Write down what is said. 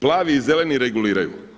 Plavi i zeleni reguliraju.